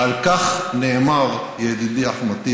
על כך נאמר, ידידי אחמד טיבי: